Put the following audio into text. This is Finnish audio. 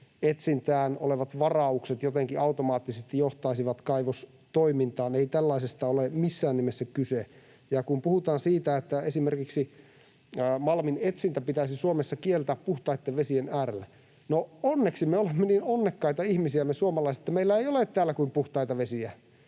malminetsintään olevat varaukset jotenkin automaattisesti johtaisivat kaivostoimintaan. Ei tällaisesta ole missään nimessä kyse. Ja kun puhutaan siitä, että esimerkiksi malminetsintä pitäisi Suomessa kieltää puhtaiden vesien äärellä, niin onneksi me suomalaiset olemme niin onnekkaita ihmisiä, että meillä ei ole täällä kuin puhtaita vesiä